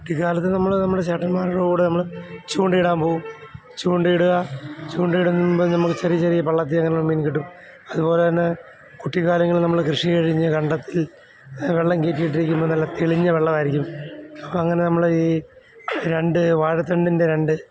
കുട്ടിക്കാലത്ത് നമ്മൾ നമ്മുടെ ചേട്ടന്മാരുടെ കൂടെ നമ്മൾ ചൂണ്ടയിടാൻ പോകും ചൂണ്ടയിടുക ചൂണ്ടയിടുമ്പോൾ നമ്മൾ ചെറിയ ചെറിയ പള്ളത്തിൾ അങ്ങനെയുള്ള മീൻ കിട്ടും അതുപോലെത്തന്നെ കുട്ടിക്കാലങ്ങളിൽ നമ്മൾ കൃഷി കഴിഞ്ഞ് കണ്ടത്തിൽ വെള്ളം കയറ്റിയിട്ടിരിക്കുമ്പോൾ നല്ല തെളിഞ്ഞ വെള്ളമായിരിക്കും അങ്ങനെ നമ്മൾ ഈ രണ്ട് വാഴത്തണ്ടിൻ്റെ രണ്ട്